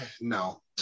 No